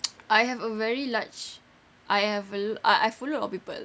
I have a very large I have a lot I follow a lot of people